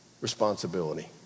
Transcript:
responsibility